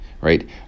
right